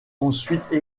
ensuite